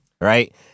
Right